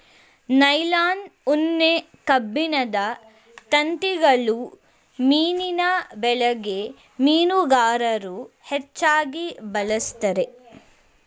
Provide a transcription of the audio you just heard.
nylon, ಉಣ್ಣೆ, ಕಬ್ಬಿಣದ ತಂತಿಗಳು ಮೀನಿನ ಬಲೆಗೆ ಮೀನುಗಾರರು ಹೆಚ್ಚಾಗಿ ಬಳಸ್ತರೆ